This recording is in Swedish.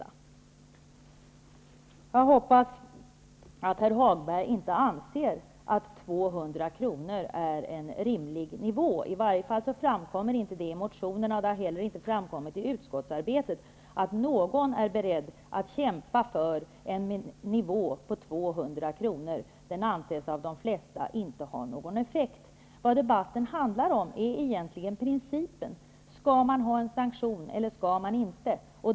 Jag hoppas att herr Hagberg inte anser att 200 kr. är en rimlig nivå. Det framkommer i varje fall inte i motionerna, och det har inte heller framkommit i utskottsarbetet, att någon är beredd att kämpa för en nivå på 200 kr. Den anses av de flesta inte ha någon effekt. Vad debatten handlar om är egentligen principen -- om man skall ha en sanktion eller inte.